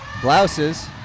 blouses